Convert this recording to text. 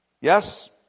Yes